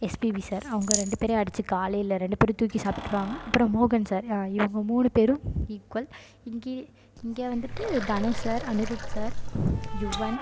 SPB sir அவங்க ரெண்டு பேரையும் அடித்துக்க ஆளே இல்லை ரெண்டு பேரும் தூக்கி சாப்பிட்டுருவாங்க அப்புறம் மோகன் சார் இவங்க மூணு பேரும் ஈக்குவல் இங்கே இங்கே வந்துவிட்டு தனுஷ் சார் அனிருத் சார் யுவன்